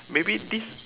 maybe this